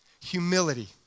Humility